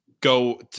go